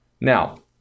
Now